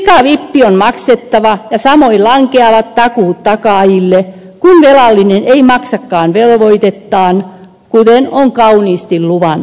pikavippi on maksettava ja samoin lankeavat takuut takaajille kun velallinen ei maksakaan velvoitettaan kuten on kauniisti luvannut